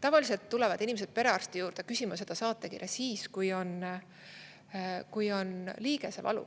Tavaliselt tulevad inimesed perearsti juurde küsima seda saatekirja siis, kui on liigesevalu.